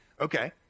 Okay